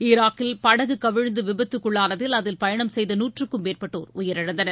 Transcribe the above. ஈராக்கில் படகு கவிழ்ந்து விபத்துக்குள்ளானதில் அதில் பயணம் செய்த நூற்றுக்கும் மேற்பட்டோர் உயிரிழந்தனர்